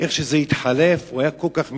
איך שזה התחלף, הוא היה כל כך מדויק.